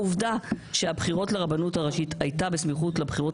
העובדה שהבחירות לרבנות הראשית היו בסמיכות לבחירות